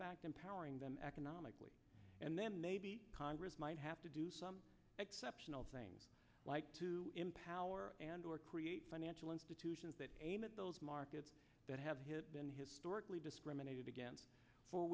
fact empowering them economically and then maybe congress might have to do some exceptional thing to empower and or create financial institutions that those markets that have hit been historically discriminated against for